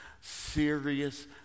serious